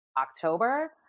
October